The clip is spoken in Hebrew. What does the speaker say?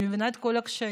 אני מבינה את כל הקשיים.